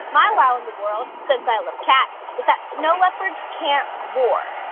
my wow in the world, since i love cats, is that snow leopards can't roar.